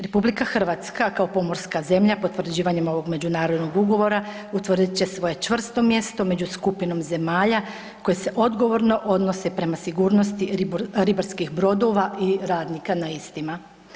Republika Hrvatska kao pomorska zemlja potvrđivanjem ovog međunarodnog ugovora utvrdit će svoje čvrsto mjesto među skupinom zemalja koje se odgovorno odnose prema sigurnosti ribarskih brodova i radnika na istima.